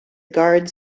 guards